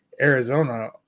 Arizona